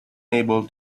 able